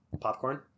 Popcorn